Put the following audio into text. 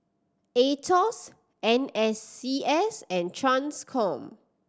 Aetos N S C S and Transcom